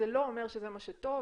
זה לא אומר שזה מה שטוב,